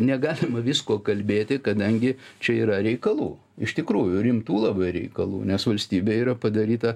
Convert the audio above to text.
negalima visko kalbėti kadangi čia yra reikalų iš tikrųjų rimtų labai reikalų nes valstybė yra padaryta